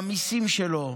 במיסים שלו,